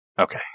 Okay